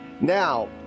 Now